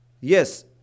Yes